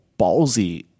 ballsy